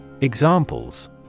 Examples